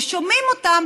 שומעים אותם